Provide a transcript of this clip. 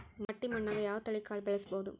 ಮಟ್ಟಿ ಮಣ್ಣಾಗ್, ಯಾವ ತಳಿ ಕಾಳ ಬೆಳ್ಸಬೋದು?